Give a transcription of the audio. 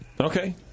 Okay